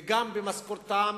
גם במשכורתם